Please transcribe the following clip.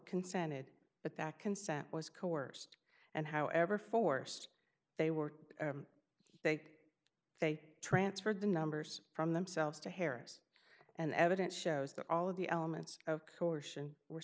consented but that consent was coerced and however forced they were they they transferred the numbers from themselves to harris and evidence shows that all of the elements of coercion w